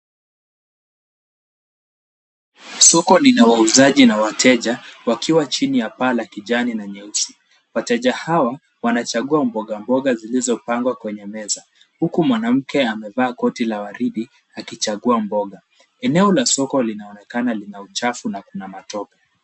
Soko lina wauzaji na wateja wakiwa chini ya paa la kijani na nyeusi. Wateja hawa wanachagua mboga mboga zilizopangwa kwenye meza huku mwanamke amevaa koti la waridi akichagua mboga. Eneo la soko linaonekana lina uchafu na kuna matope.